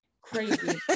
crazy